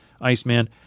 Iceman